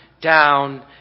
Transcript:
down